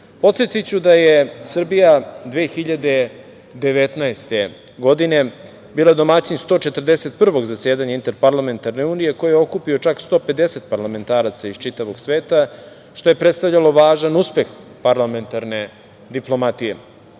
svega. Podsetiću da je Srbija 2019. godine bila domaćin 141. zasedanja Interparlamentarne unije koji je okupio, čak 150 parlamentaraca iz čitavog sveta, što je predstavljalo važan uspeh parlamentarne diplomatije.U